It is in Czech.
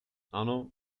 ano